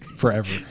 Forever